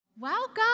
Welcome